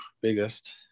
biggest